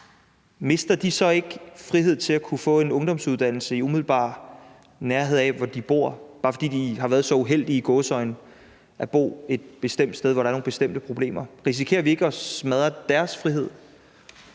Mister de så ikke frihed til at kunne få en ungdomsuddannelse i umiddelbar nærhed af, hvor de bor, bare fordi de har været så – i gåseøjne – uheldige at bo et bestemt sted, hvor der er nogle bestemte problemer? Risikerer vi ikke at smadre deres frihed?